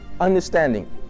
understanding